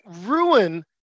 ruin